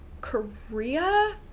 korea